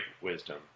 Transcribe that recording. wisdom